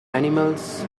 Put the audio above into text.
animals